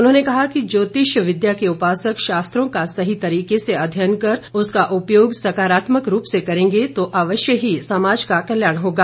उन्होंने कहा कि ज्योतिष विद्या के उपासक शास्त्रों का सही तरीके से अध्ययन कर उसका उपयोग सकारात्मक रूप से करेंगे तो अवश्य ही समाज का कल्याण होगा